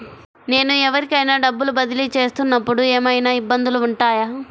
నేను ఎవరికైనా డబ్బులు బదిలీ చేస్తునపుడు ఏమయినా ఇబ్బందులు వుంటాయా?